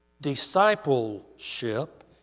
discipleship